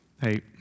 Hey